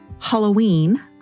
Halloween